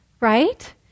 right